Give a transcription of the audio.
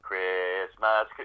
Christmas